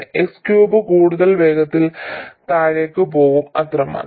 x cube കൂടുതൽ വേഗത്തിൽ താഴേക്ക് പോകും അത്രമാത്രം